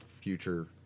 future